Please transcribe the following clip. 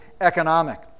economic